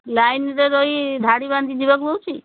ଲାଇନରେ ରହି ଧାଡ଼ି ବାନ୍ଧି ଯିବାକୁ ହେଉଛି